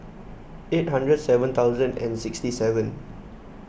eight hundred seven thousand and sixty seven